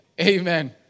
Amen